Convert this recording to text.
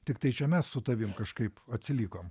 tiktai čia mes su tavim kažkaip atsilikom